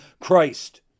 Christ